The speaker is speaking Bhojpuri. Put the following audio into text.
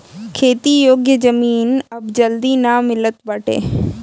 खेती योग्य जमीन अब जल्दी ना मिलत बाटे